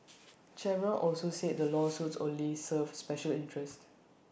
Chevron also said the lawsuits only serve special interests